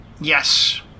Yes